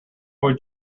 would